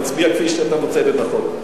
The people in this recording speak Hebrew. תצביע כמו שאתה מוצא לנכון.